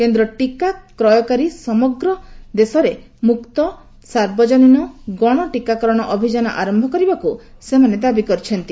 କେନ୍ଦ୍ର ଟିକା କ୍ରୟକରୀ ସମଗ୍ର ଦେଶରେ ମୁକ୍ତ ସାର୍ବଜନୀନ ଗଣ ଟିକାକରଣ ଅଭିଯାନ ଆରମ୍ଭ କରିବାକୁ ସେମାନେ ଦାବି କରିଛନ୍ତି